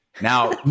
Now